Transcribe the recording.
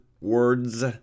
words